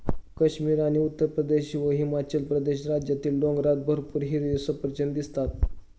काश्मीर आणि उत्तरप्रदेश व हिमाचल प्रदेश राज्यातील डोंगरात भरपूर हिरवी सफरचंदं दिसतात